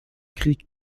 krieg